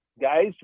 guys